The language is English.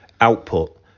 output